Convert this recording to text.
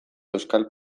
euskal